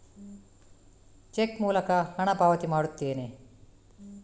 check ಮೂಲಕ ಹಣ ಪಾವತಿ ಮಾಡುತ್ತೇನೆ